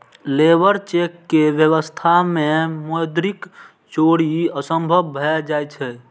labour check के व्यवस्था मे मौद्रिक चोरी असंभव भए जाइ छै